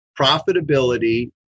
profitability